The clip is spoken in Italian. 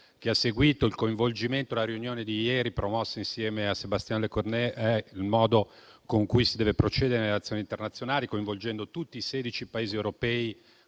che ha seguito con il coinvolgimento e nella riunione di ieri, promossa insieme a Sébastien Lecornu, sono il modo con cui si deve procedere nelle azioni internazionali, coinvolgendo tutti i sedici Paesi europei